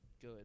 good